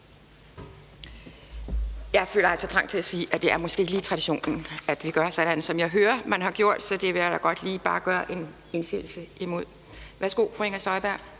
Jeg føler altså trang til at sige, at det måske ikke lige er traditionen, at vi gør sådan, som jeg hører man har gjort. Så det vil jeg da bare godt lige gøre en indsigelse imod. Værsgo til fru Inger Støjberg.